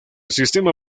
sistema